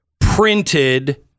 printed